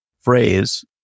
phrase